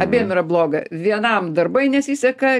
abiem yra bloga vienam darbai nesiseka